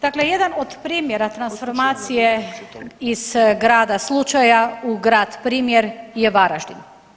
Dakle, jedan od primjera transformacije iz grada slučaja u grad primjer je Varaždin.